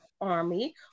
army